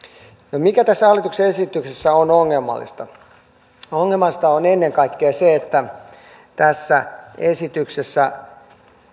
no mikä tässä hallituksen esityksessä on ongelmallista ongelmallista on ennen kaikkea se että tässä esityksessä